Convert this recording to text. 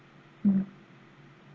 mm